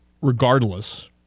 Regardless